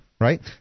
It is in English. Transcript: Right